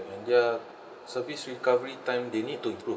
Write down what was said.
and their service recovery time they need to improve